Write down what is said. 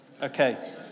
Okay